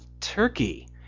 turkey